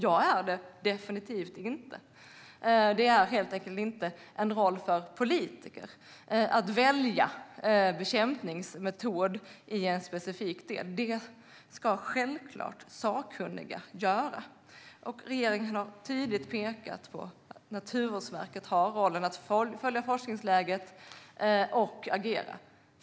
Jag själv är det definitivt inte. Det är helt enkelt inte en roll för politiker att välja bekämpningsmetod i en specifik del. Detta ska självklart sakkunniga göra. Regeringen har tydligt pekat på att Naturvårdsverket har rollen att följa forskningsläget och agera.